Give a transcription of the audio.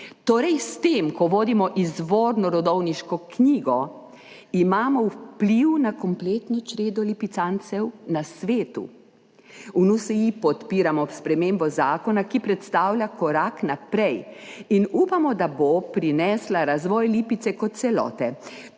naš. S tem, ko vodimo izvorno rodovniško knjigo, imamo torej vpliv na kompletno čredo lipicancev na svetu. V NSi podpiramo spremembo zakona, ki predstavlja korak naprej, in upamo, da bo prinesla razvoj Lipice kot celote,